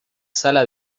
sala